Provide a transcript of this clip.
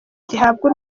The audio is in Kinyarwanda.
zihabwa